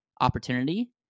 opportunity